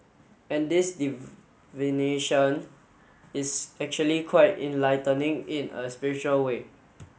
and this divination is actually quite enlightening in a spiritual way